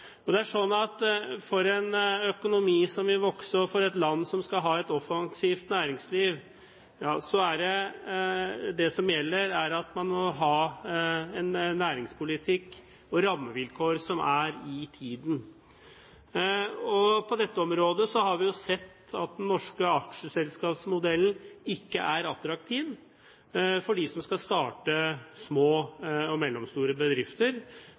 Det er slik at for en økonomi som vil vokse og for et land som skal ha et offensivt næringsliv, gjelder det at man har en næringspolitikk og rammevilkår som er i tiden. På dette området har vi sett at den norske aksjeselskapsmodellen ikke er attraktiv for dem som skal starte små og mellomstore bedrifter.